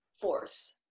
force